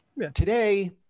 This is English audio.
today